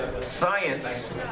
science